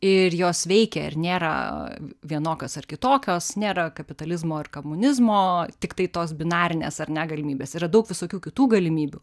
ir jos veikia ir nėra vienokios ar kitokios nėra kapitalizmo ir komunizmo tiktai tos binarinės ar ne galimybės yra daug visokių kitų galimybių